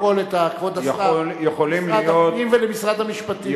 אני יכול להפנות מהפרוטוקול את כבוד השר למשרד הפנים ולמשרד המשפטים.